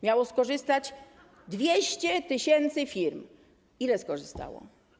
Miało skorzystać 200 tys. firm, a ile skorzystało?